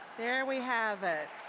there we have it.